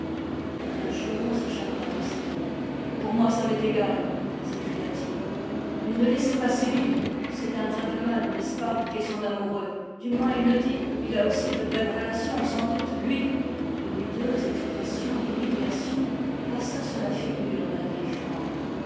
un juron s'échappa de ses lèvres pour moi ça m'est égal s'écria-t-il mais ne laissez pas sibyl ç'est un gentleman n'est-ce pas qui est son amoureux du moins il le dit il a aussi de belles relations sans doute lui une hideuse expression d'humiliation passa sur la figure de la vieille femme